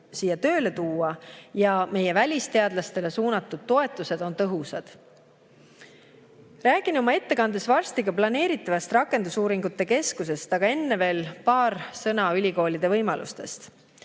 siia tööle tuua ja et meie välisteadlastele suunatud toetused on tõhusad. Räägin oma ettekandes varsti ka planeeritavast rakendusuuringute keskusest, aga enne veel paar sõna ülikoolide võimalustest.